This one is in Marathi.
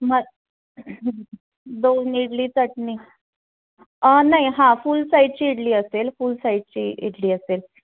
मग दोन इडली चटणी नाही हां फुल साईजची इडली असेल फुल साईजची इडली असेल